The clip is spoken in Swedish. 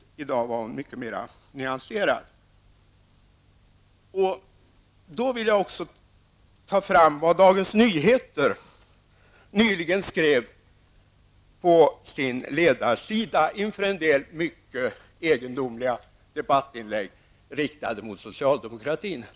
Men i dag var hon alltså mycket mera nyanserad. Jag vill här peka på vad som nyligen stod i Dagens Nyheter på ledarsidan i samband med en del mycket egendomliga debattinlägg riktade mot socialdemokratin.